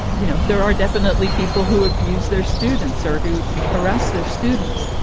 you know, there are definitely people who abuse their students or who harass their students.